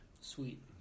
Sweet